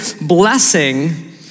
blessing